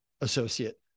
associate